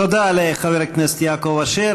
תודה לחבר הכנסת יעקב אשר.